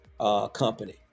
company